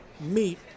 meet